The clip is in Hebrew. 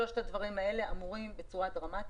שלושת הדברים האלה אמורים להוריד את ההיפגעות בצורה דרמטית.